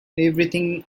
everything